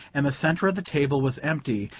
and the centre of the table was empty,